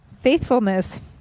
Faithfulness